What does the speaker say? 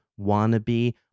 wannabe